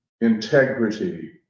integrity